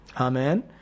Amen